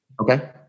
Okay